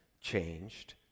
changed